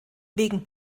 wegen